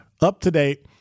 up-to-date